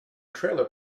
trailer